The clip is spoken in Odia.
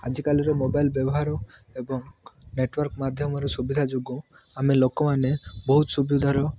ଆଜିକାଲିର ମୋବାଇଲ୍ ବ୍ୟବହାର ଏବଂ ନେଟୱାର୍କ ମାଧ୍ୟମରେ ସୁବିଧା ଯୋଗୁଁ ଆମେ ଲୋକମାନେ ବହୁତ ସୁବିଧାର